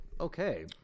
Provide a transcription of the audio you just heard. okay